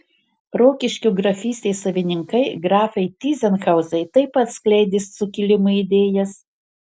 rokiškio grafystės savininkai grafai tyzenhauzai taip pat skleidė sukilimo idėjas